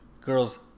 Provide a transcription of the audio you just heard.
girl's